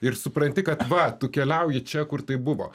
ir supranti kad va tu keliauji čia kur tai buvo